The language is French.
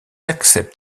acceptent